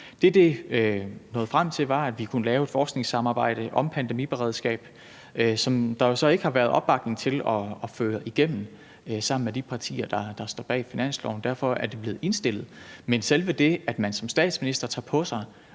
Det, det nåede frem til, var, at vi kunne lave et forskningssamarbejde om pandemiberedskab, som der jo så ikke har været opbakning til at føre igennem sammen med de partier, der står bag finansloven. Derfor er det blevet indstillet. Men selve det, at man som statsminister tager på sig